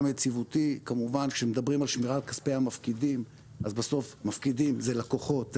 כמובן כשמדברים על שמירת כספי המפקידים אז בסוף מפקידים זה לקוחות,